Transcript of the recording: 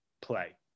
Play